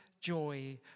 joy